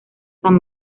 san